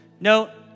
No